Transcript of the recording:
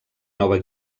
nova